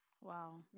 Wow